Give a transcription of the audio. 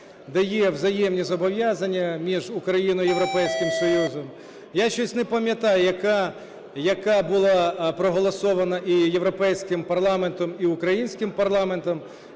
де є взаємні зобов'язання між Україною і Європейським Союзом. Я щось не пам'ятаю, яка була проголосована і Європейським парламентом, і українським парламентом,